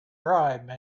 bribe